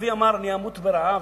אבי אמר: אני אמות ברעב,